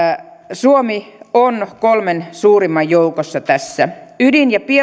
suomi on kolmen suurimman joukossa tässä ydin ja